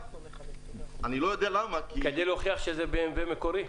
כדי להוכיח שזה BMV מקורי?